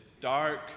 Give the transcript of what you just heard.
dark